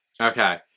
Okay